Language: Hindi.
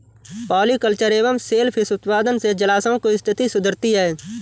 पॉलिकल्चर एवं सेल फिश उत्पादन से जलाशयों की स्थिति सुधरती है